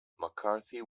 mccarthy